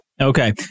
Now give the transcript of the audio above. Okay